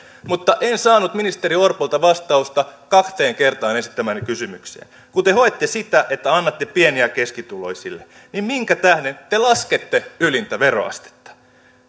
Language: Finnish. mutta en saanut ministeri orpolta vastausta kahteen kertaan esittämääni kysymykseen kun te hoette sitä että annatte pieni ja keskituloisille niin minkä tähden te laskette ylintä veroastetta